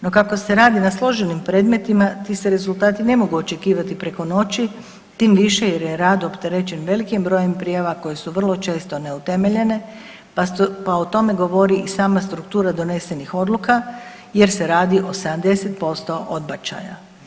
No, kako se radi na složenim predmetima, ti se rezultati ne mogu očekivati preko noći, tim više jer je rad opterećen velikim brojem prijava koje su vrlo često neutemeljene pa o tome govori i sama struktura donesenih odluka jer se radi o 70% odbačaja.